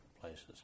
places